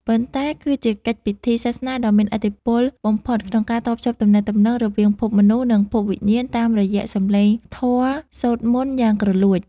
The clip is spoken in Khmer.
ប៉ុន្តែគឺជាកិច្ចពិធីសាសនាដ៏មានឥទ្ធិពលបំផុតក្នុងការតភ្ជាប់ទំនាក់ទំនងរវាងភពមនុស្ស និងភពវិញ្ញាណតាមរយៈសម្លេងធម៌សូត្រមន្តយ៉ាងគ្រលួច។